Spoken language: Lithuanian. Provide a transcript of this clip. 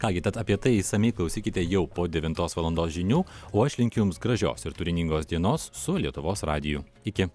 ką gi tad apie tai išsamiai klausykite jau po devintos valandos žinių o aš linkiu jums gražios ir turiningos dienos su lietuvos radiju iki